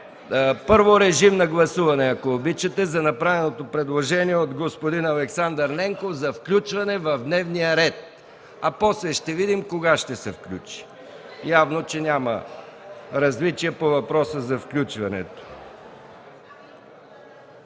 Първо, моля гласувайте за направеното предложение от господин Александър Ненков за включване в дневния ред, а после ще видим кога ще се включи. Явно, че няма различия по въпроса за включването.